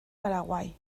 paraguay